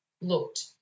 looked